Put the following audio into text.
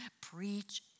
Preach